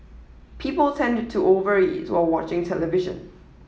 people tend to over eat while watching television